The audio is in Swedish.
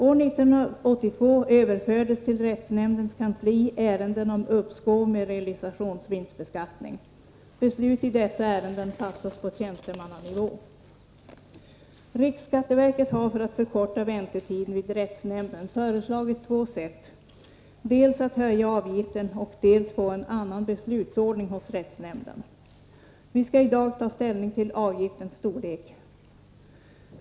År 1982 överfördes till rättsnämndens kansli ärenden om uppskov med realisationsvinstbeskattning. Beslut i dessa ärenden fattas på tjänstemannanivå. Riksskatteverket har för att förkorta väntetiden vid rättshämnden föreslagit två sätt — dels att höja avgiften, dels att få en annan beslutsordning hos rättsnämnden. Vi skall i dag ta ställning till avgiftens storlek.